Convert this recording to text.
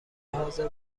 حاضر